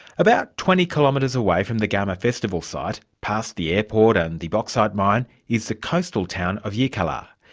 about twenty kilometres away from the garma festival site, past the airport and the bauxite mine, is the coastal town of yirrkala.